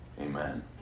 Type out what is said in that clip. Amen